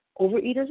Overeaters